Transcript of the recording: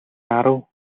арав